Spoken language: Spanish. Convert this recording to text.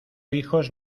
hijos